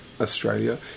Australia